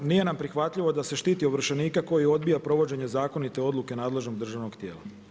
Nije nam prihvatljivo da se štiti ovršenika koji odbija provođenje zakonite odluke nadležnog državnog tijela.